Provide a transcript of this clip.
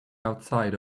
outside